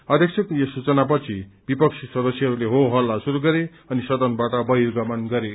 अध्यक्षको यस सूचनापछि विपक्षी सदस्यहरूले हो हल्ला शुरू गरे अनि सदनबाट बर्हिगमन गरे